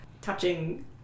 touching